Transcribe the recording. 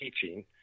teaching